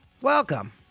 Welcome